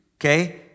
okay